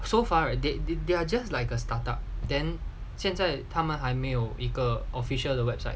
so far right they they're just like a startup then 现在他们还没有一个 official website